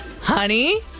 honey